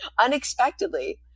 unexpectedly